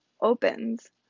opens